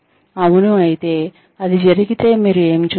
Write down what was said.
అవును అయితే అది జరిగితే మీరు ఏమి చూశారు